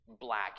black